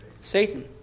Satan